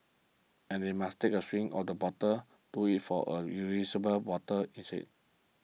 and if they must take a swig of the bottle do it for a reusable bottle instead